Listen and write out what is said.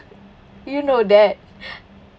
you know that